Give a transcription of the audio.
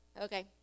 Okay